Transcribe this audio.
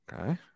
Okay